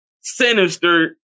sinister